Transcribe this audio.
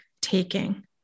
taking